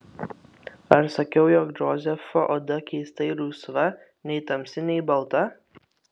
ar sakiau jog džozefo oda keistai rusva nei tamsi nei balta